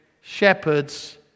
shepherds